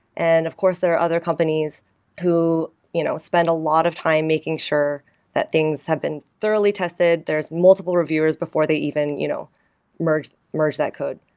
and of course, there are other companies who you know spend a lot of time making sure that things have been thoroughly tested, there is multiple reviewers before they even you know merge merge that code.